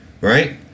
Right